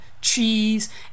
cheese